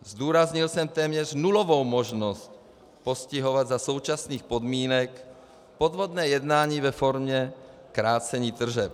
Zdůraznil jsem téměř nulovou možnost postihovat za současných podmínek podvodné jednání ve formě krácení tržeb.